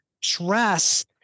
stress